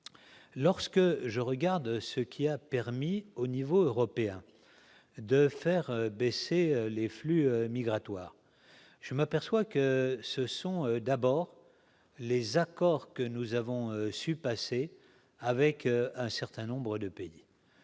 Lorsque l'on examine ce qui a permis au niveau européen de faire baisser les flux migratoires, on s'aperçoit que ce sont d'abord les accords que nous avons su passer avec un certain nombre de pays.